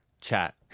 chat